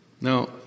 Now